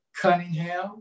Cunningham